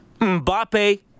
Mbappe